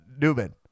Newman